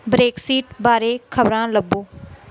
Brexit ਬਾਰੇ ਖ਼ਬਰਾਂ ਲੱਭੋ